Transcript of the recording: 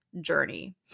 journey